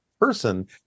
person